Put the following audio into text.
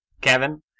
Kevin